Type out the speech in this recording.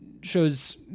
shows